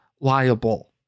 liable